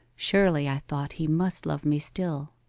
surely, i thought, he must love me still.